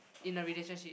in a relationship